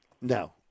No